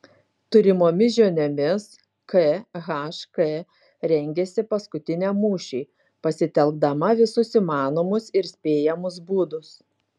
turimomis žiniomis khk rengiasi paskutiniam mūšiui pasitelkdama visus įmanomus ir spėjamus būdus